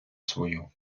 свою